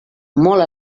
molt